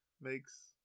makes